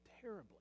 terribly